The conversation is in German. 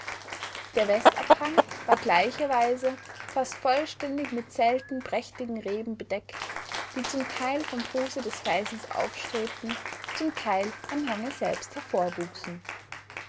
der westabhang war gleicherweise fast vollständig mit selten prächtigen reben bedeckt die zum teil vom fuße des felsens aufstrebten zum teil am hange selbst